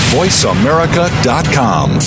voiceamerica.com